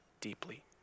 deeply